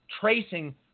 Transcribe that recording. tracing